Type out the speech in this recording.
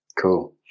cool